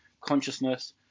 consciousness